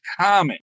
common